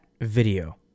video